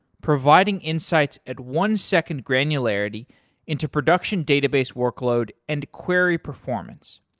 providing insights at one second granularity into production database workload and query performance.